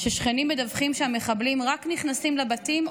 ששכנים מדווחים שהמחבלים רק נכנסים לבתים,